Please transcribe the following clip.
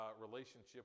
relationship